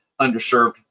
underserved